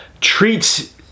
treats